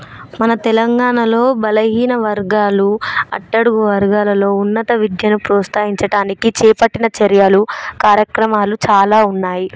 మన తెలంగాణలో బలహీన వర్గాలు అట్టడుగు వర్గాలలో ఉన్నత విద్యను ప్రోత్సహించడానికి చేపట్టిన చర్యలు కార్యక్రమాలు చాలా ఉన్నాయి